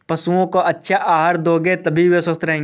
पशुओं को अच्छा आहार दोगे तभी वो स्वस्थ रहेंगे